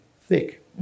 thick